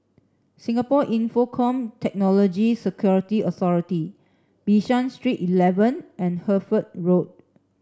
Singapore Infocomm Technology Security Authority Bishan Street eleven and Hertford Road